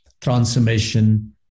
transformation